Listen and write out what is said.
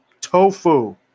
tofu